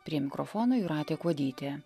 prie mikrofono jūratė kuodytė